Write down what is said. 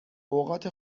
اوقات